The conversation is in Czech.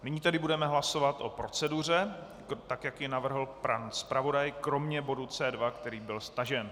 Nyní tedy budeme hlasovat o proceduře, tak jak ji navrhl pan zpravodaj, kromě bodu C2, který byl stažen.